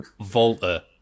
Volta